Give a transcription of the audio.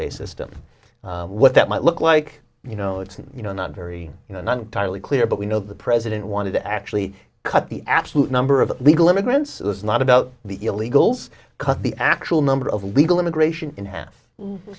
system what that might look like you know it's you know not very you know not entirely clear but we know the president wanted to actually cut the absolute number of illegal immigrants is not about the illegals cut the actual number of illegal immigration in half